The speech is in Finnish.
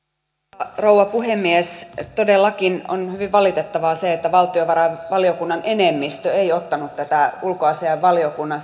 arvoisa rouva puhemies todellakin on hyvin valitettavaa se että valtiovarainvaliokunnan enemmistö ei ottanut tätä ulkoasiainvaliokunnan